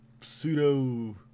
pseudo